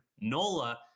Nola